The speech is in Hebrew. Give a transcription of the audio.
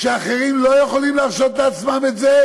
כשאחרים לא יכולים להרשות לעצמם את זה,